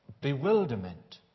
Bewilderment